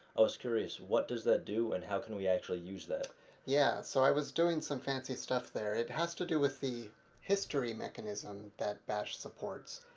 i was curious, what does that do and how can we actually use that? league yeah, so i was doing some fancy stuff there. it has to do with the history mechanism that bash supports.